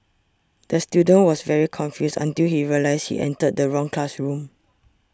the student was very confused until he realised he entered the wrong classroom